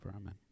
Amen